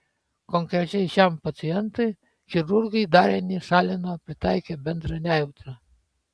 konkrečiai šiam pacientui chirurgai darinį šalino pritaikę bendrą nejautrą